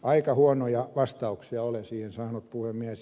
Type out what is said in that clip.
aika huonoja vastauksia olen siihen saanut puhemies